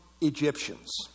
Egyptians